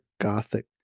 gothic